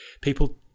people